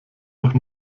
doch